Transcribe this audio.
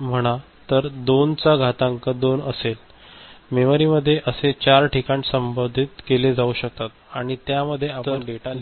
म्हणा तर 2 चा घातांक 2 असेल तर मेमरीमधील असे 4 ठिकाण संबोधित केले जाऊ शकतात आणि त्यामध्ये आपण डेटा लिहू शकता